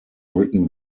written